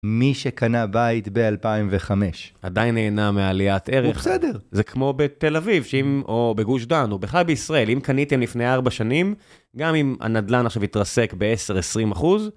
מי שקנה בית ב-2005 עדיין נהנה מעליית ערך. הוא בסדר. זה כמו בתל אביב, או בגוש דן, או בכלל בישראל. אם קניתם לפני 4 שנים, גם אם הנדלן עכשיו התרסק ב-10-20 אחוז,